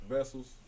Vessels